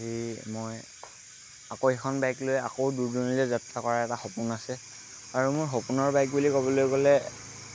সেই মই আকৌ সেইখন বাইক লৈ আকৌ দূৰ দূৰণিলৈ যাত্ৰা কৰা এটা সপোন আছে আৰু মোৰ সপোনৰ বাইক বুলি ক'বলৈ গ'লে